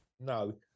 no